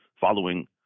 following –